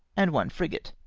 and one frigate,